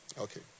Okay